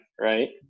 right